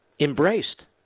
embraced